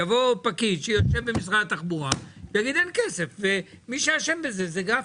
יבוא פקיד שיושב במשרד התחבורה ויגיד: אין כסף ומי שאשם בזה זה גפני.